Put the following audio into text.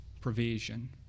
provision